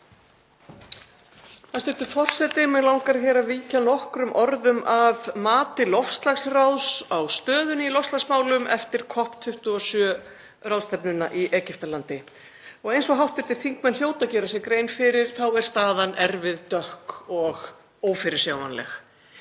Hæstv. forseti. Mig langar að víkja nokkrum orðum að mati loftslagsráðs á stöðunni í loftslagsmálum eftir COP- 27 ráðstefnuna í Egyptalandi. Eins og hv. þingmenn hljóta að gera sér grein fyrir er staðan erfið, dökk og ófyrirsjáanleg.